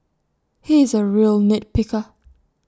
he is A real nit picker